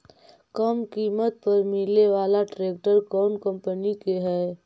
कम किमत पर मिले बाला ट्रैक्टर कौन कंपनी के है?